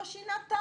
לא שינה תו